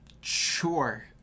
sure